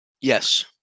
Yes